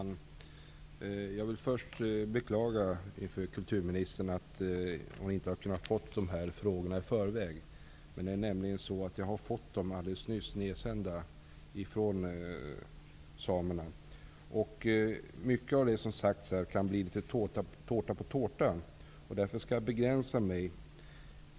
Herr talman! Jag vill beklaga att kulturministern inte har kunnat få dessa frågor i förväg. Jag har nämligen alldeles nyss fått dem nedsända från samerna. Mycket av det som sagts här kan bli litet tårta på tårta. Därför skall jag begränsa mig.